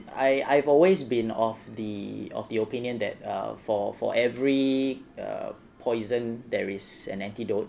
I I've always been of the of the opinion that err for for every err poison there is an antidote